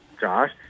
josh